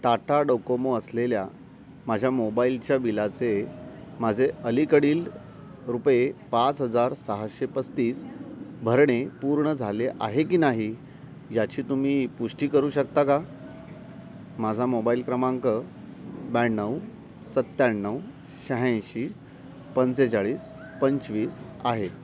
Tata Docomo असलेल्या माझ्या मोबाईलच्या बिलाचे माझे अलीकडील रुपये पाच हजार सहाशे पस्तीस भरणे पूर्ण झाले आहे की नाही याची तुम्ही पुष्टी करू शकता का माझा मोबाईल क्रमांक ब्याण्णव सत्याण्णव शहाऐंशी पंचेचाळीस पंचवीस आहे